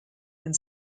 and